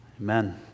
Amen